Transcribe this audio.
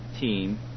team